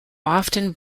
often